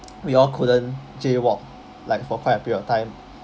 we all couldn't jaywalk like for quite a bit of time